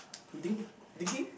you think thinking